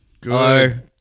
Good